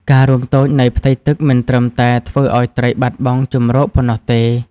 ការរួមតូចនៃផ្ទៃទឹកមិនត្រឹមតែធ្វើឱ្យត្រីបាត់បង់ជម្រកប៉ុណ្ណោះទេ។